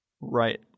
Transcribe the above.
Right